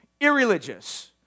irreligious